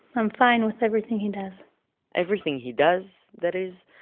i'm fine with everything he does everything he does, that is,